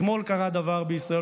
אתמול קרה דבר בישראל,